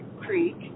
creek